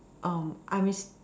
um I with